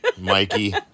Mikey